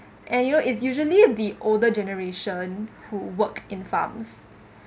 and you know it's usually the older generation who work in farms